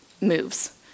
moves